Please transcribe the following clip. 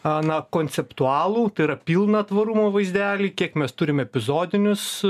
a na konceptualų tai yra pilną tvarumo vaizdelį kiek mes turim epizodinius